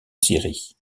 syrie